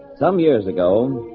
some years ago.